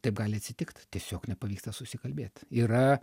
taip gali atsitikt tiesiog nepavyksta susikalbėt yra